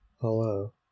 Hello